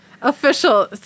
Official